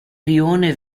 rione